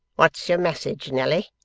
what's your message, nelly